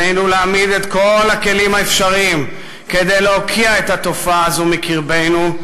עלינו להעמיד את כל הכלים האפשריים כדי להוקיע את התופעה הזו בקרבנו.